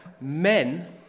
men